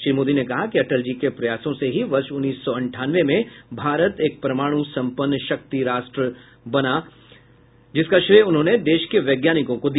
श्री मोदी ने कहा कि अटल जी के प्रयासों से ही वर्ष उन्नीस सौ अंठानवे में भारत एक परमाणु सम्पन्न शक्ति राष्ट्र बना जिसका श्रेय उन्होंने देश के वैज्ञानिकों को दिया